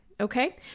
Okay